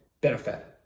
benefit